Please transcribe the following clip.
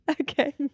okay